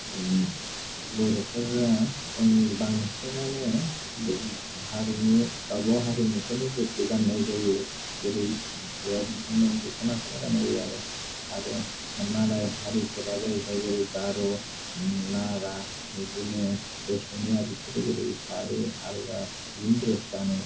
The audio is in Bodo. बर'फोरा माने बांसिनानो हारिमु गावबा गाव हारिमुफोरनि द्रेसखौ गाननाय जायो जेरै जा बिदिनो दखनाखौनो गान्नाय जायो आरो आरो मालाय हारिफोरा जाहैबाय जेरै गार' नागा बिदिनो एसमिया बिसोरो जेरै सारि आलदा बिदिनो द्रेस गानो